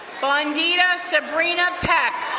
bandito sabrina pack.